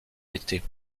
l’été